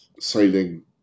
sailing